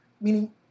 meaning